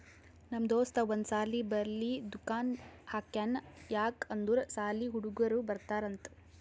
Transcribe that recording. ನಮ್ ದೋಸ್ತ ಒಂದ್ ಸಾಲಿ ಬಲ್ಲಿ ದುಕಾನ್ ಹಾಕ್ಯಾನ್ ಯಾಕ್ ಅಂದುರ್ ಸಾಲಿ ಹುಡುಗರು ಬರ್ತಾರ್ ಅಂತ್